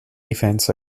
events